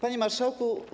Panie Marszałku!